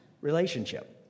Relationship